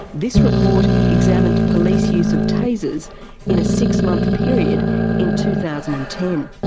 this report examined police use of tasers in a six-month period in two thousand and ten.